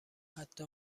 حتی